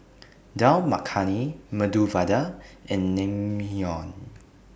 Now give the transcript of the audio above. Dal Makhani Medu Vada and Naengmyeon